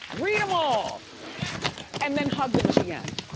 read them all and then hug them at the end.